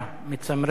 מצמררת,